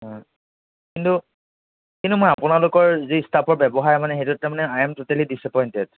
কিন্তু কিন্তু মই আপোনালোকৰ যি ষ্টাফৰ ব্যৱহাৰ মানে সেইটোত তাৰমানে আই এম ট'টেলি ডিচএপইণ্টেড